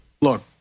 look